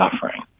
suffering